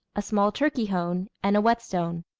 a small turkey-hone, and a whetstone.